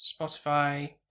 Spotify